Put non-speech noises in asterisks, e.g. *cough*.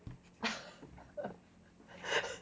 *laughs*